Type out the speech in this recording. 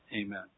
Amen